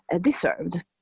deserved